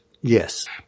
Yes